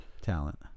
talent